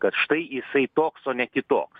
bet štai jisai toks o ne kitoks